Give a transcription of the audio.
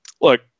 look